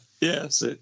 yes